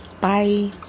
Bye